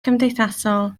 cymdeithasol